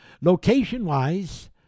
location-wise